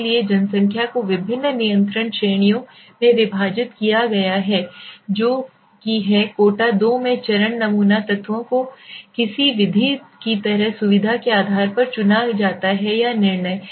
इसलिए जनसंख्या को विभिन्न नियंत्रण श्रेणियों में विभाजित किया गया है जो कि हैं कोटा 2 में चरण नमूना तत्वों को किसी विधि की तरह सुविधा के आधार पर चुना जाता है या निर्णय